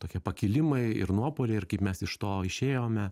tokie pakilimai ir nuopuoliai ir kaip mes iš to išėjome